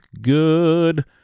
good